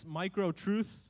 micro-truth